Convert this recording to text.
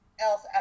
else